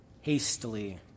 hastily